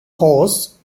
hosts